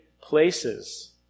places